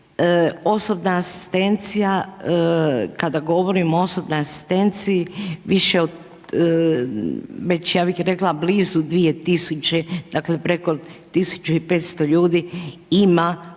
Osobna asistencija, kada govorimo o osobnoj asistenciji više od, već ja bih rekla blizu 2000., dakle preko 1500 ljudi ima